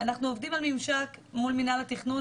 אנחנו עובדים על ממשק מול מינהל התכנון